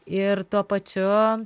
ir tuo pačiu